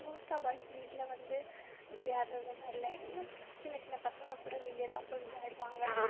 most of boys வீட்டில் வந்து விளையாடுற விதமாக இல்லை எங்கேன்னா சின்ன சின்ன பசங்கள் கூட வெளியே தான் போய் விளையாடுவாங்க